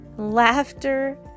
laughter